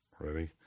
Ready